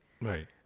Right